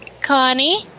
connie